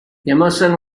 emerson